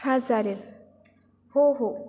हां चालेल हो हो